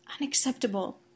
Unacceptable